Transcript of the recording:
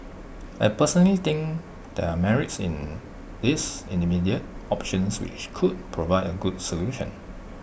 I personally think there are merits in these intermediate options which could provide A good solution